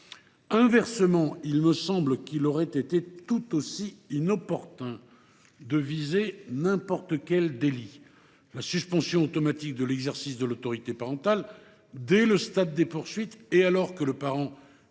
Inversement, il me semble qu’il aurait été tout aussi inopportun de viser n’importe quel délit. La suspension automatique de l’exercice de l’autorité parentale dès le stade des poursuites, et alors que le parent